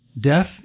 Death